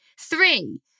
Three